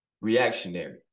reactionary